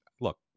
look